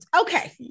Okay